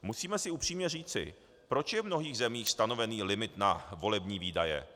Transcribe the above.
Musíme si upřímně říci, proč je v mnohých zemích stanovený limit na volební výdaje?